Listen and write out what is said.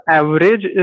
average